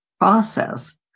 process